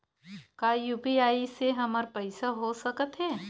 का यू.पी.आई से हमर पईसा हो सकत हे?